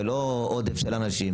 ואין עודף של אנשים.